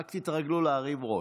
רק תתרגלו להרים ראש.